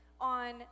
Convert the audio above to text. on